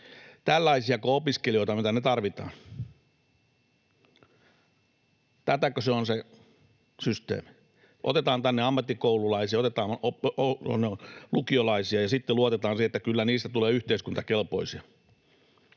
Tällaisiako opiskelijoita me tänne tarvitaan? Tätäkö se on se systeemi: otetaan tänne ammattikoululaisia, otetaan lukiolaisia ja sitten luotetaan siihen, että kyllä niistä tulee yhteiskuntakelpoisia?